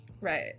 right